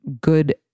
good